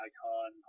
Icon